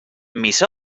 mis